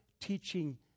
teaching